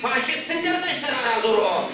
my little